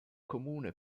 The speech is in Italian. comune